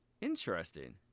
interesting